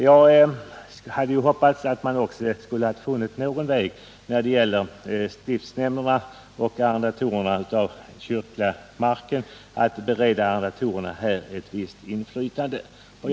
Jag hade hoppats att man också skulle ha funnit någon väg att bereda arrendatorerna av den kyrkliga marken ett visst inflytande i stiftsnämnderna.